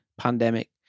pandemic